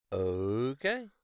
okay